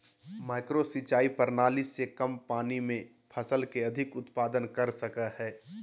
micro सिंचाई प्रणाली से कम पानी में फसल के अधिक उत्पादन कर सकय हइ